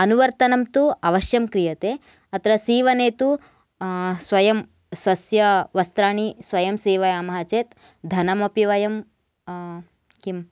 अनुवर्तनं तु अवश्यं क्रियते अत्र सीवने तु स्वयं स्वस्य वस्त्राणि स्वयं सीवयामः चेत् धनमपि वयं किम्